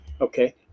okay